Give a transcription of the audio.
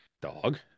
Dog